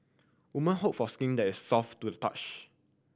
women hope for skin that is soft to the touch